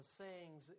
sayings